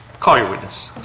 call your witness.